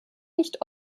nicht